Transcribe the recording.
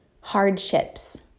hardships